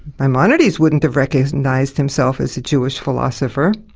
maimonides wouldn't have recognised himself as a jewish philosopher.